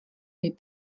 les